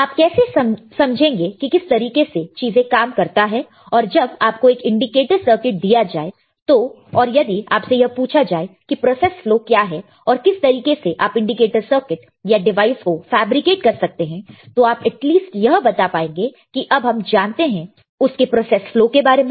आप कैसे समझेंगे कि किस तरीके से चीजें काम करता है जब आपको एक इंडिकेटर सर्किट दिया जाए तो और यदि आपसे यह पूछा जाए कि प्रोसेस फ्लो क्या है और किस तरीके से आप इंडिकेटर सर्किट या डिवाइस को फैब्रिकेट कर सकते है तो आप एटलिस्ट यह बता पाएंगे कि अब हम जानते हैं उसके प्रोसेस फ्लो के बारे में